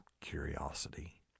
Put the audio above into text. curiosity